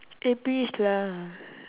eh please lah